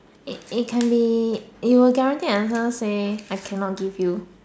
it it can be you were guaranteed an answer say I cannot give you